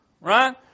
Right